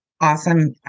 awesome